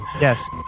Yes